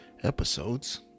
Episodes